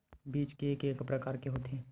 बीज के का का प्रकार होथे?